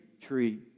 tree